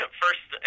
first